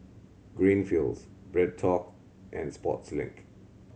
Greenfields BreadTalk and Sportslink